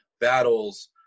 battles